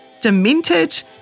demented